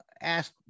ask